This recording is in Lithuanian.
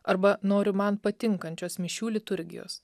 arba noriu man patinkančios mišių liturgijos